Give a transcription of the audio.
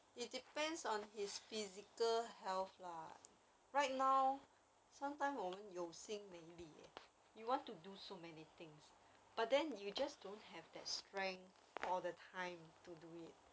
it depends on his physical health lah right now sometime 我们有心没力 eh you want to do so many things but then you just don't have that strength all the time to do it